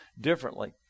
differently